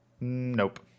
Nope